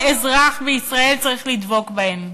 ואלו הן המילים שכל אזרח בישראל צריך לדבוק בהן.